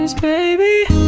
baby